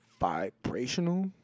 vibrational